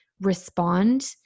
respond